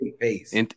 face